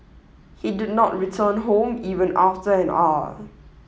he did not return home even after an hour